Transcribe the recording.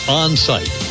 on-site